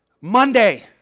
Monday